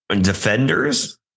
defenders